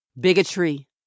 bigotry